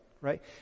right